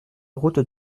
route